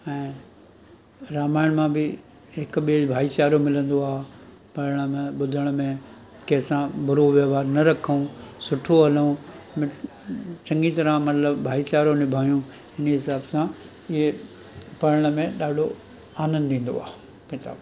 ऐं रामायण मां बि हिकु ॿिए जे भाईचारो मिलंदो आहे पढ़ण में ॿुधण में कंहिं सां बुरो व्यवहार न रखूं सुठो हलूं मिठ चङी तरह मतलबु भाईचारो निभायूं इन हिसाब सां इहो पढ़ण में ॾाढो आनंदु ईंदो आहे किताबूं